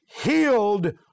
healed